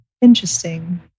interesting